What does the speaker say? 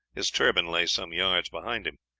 his turban lay some yards behind him.